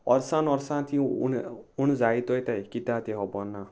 वर्सान वसा तीं उणी जायत वयताय कित्या तें खबर ना